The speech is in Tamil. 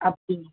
அப்படி